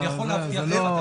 אני יכול להבטיח לך.